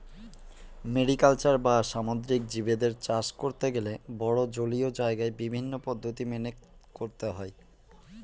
mariculture বা সামুদ্রিক জীবদের চাষ করতে গেলে বড়ো জলীয় জায়গায় বিভিন্ন পদ্ধতি মেনে করতে হয়